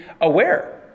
aware